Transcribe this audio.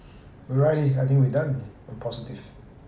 alright I think we done on positive